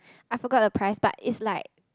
I forgot the price but it's like